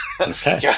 Okay